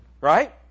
Right